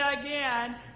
again